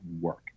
work